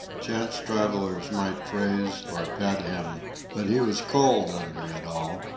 chance travellers might praise or pet him but he was cold under it all,